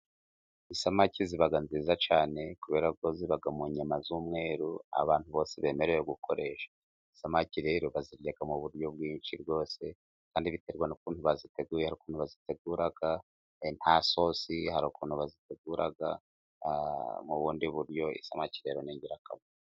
Isamake ziba nziza cyane kubera ko ziba mu nyama z'umweru, abantu bose bemerewe gukoresha, isamake rero baziteka mu buryo bwinshi rwose, kandi biterwa n'ukuntu baziteguye hari ukuntu bazitegura ntasosi, hari ukuntu bazitegura mu bundi buryo, isamake rero n'ingirakamaro.